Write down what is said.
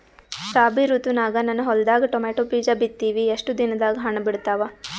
ರಾಬಿ ಋತುನಾಗ ನನ್ನ ಹೊಲದಾಗ ಟೊಮೇಟೊ ಬೀಜ ಬಿತ್ತಿವಿ, ಎಷ್ಟು ದಿನದಾಗ ಹಣ್ಣ ಬಿಡ್ತಾವ?